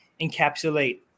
encapsulate